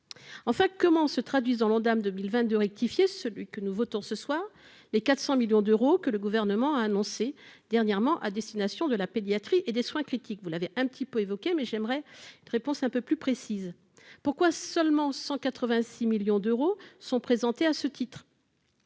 Enfin, comment se traduisent dans l'Ondam 2022 rectifié- celui que nous votons ce soir -les 400 millions d'euros que le Gouvernement a annoncés dernièrement à destination de la pédiatrie et des soins critiques ? Vous l'avez un peu évoqué, mais j'aimerais obtenir des réponses plus précises. Pourquoi seulement 186 millions d'euros sont-ils présentés à ce titre ?